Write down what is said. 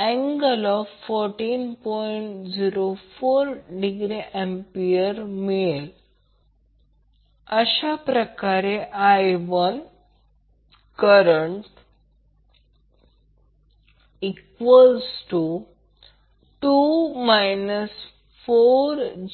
04°A current I1 अशाप्रकारे I12